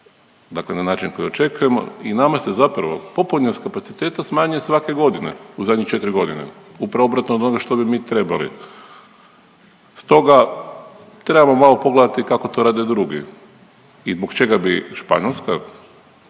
dakle na način koji očekujemo i nama se zapravo popunjenost kapaciteta smanjuje svake godine u zadnjih 4.g., upravo obratno od onoga što bi mi trebali. Stoga trebamo malo pogledati kako to rade drugi i zbog čega bi Španjolska